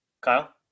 Kyle